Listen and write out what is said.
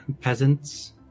peasants